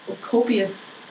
copious